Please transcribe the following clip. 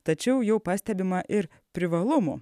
tačiau jau pastebima ir privalumų